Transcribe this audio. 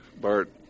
Bart